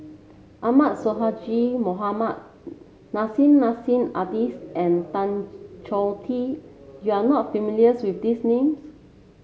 Ahmad Sonhadji Mohamad Nissim Nassim Adis and Tan Choh Tee you are not familiar with these names